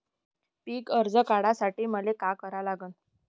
पिक कर्ज काढासाठी मले का करा लागन?